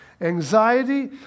anxiety